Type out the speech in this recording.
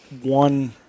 one